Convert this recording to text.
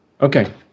Okay